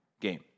Game